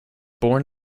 born